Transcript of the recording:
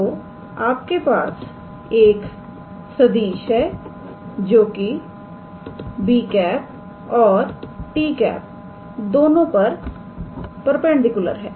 तोआपके पास एक सदिश है जोकि 𝑏̂ और 𝑡̂ दोनों पर परपेंडिकुलर है